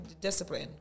Discipline